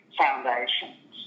foundations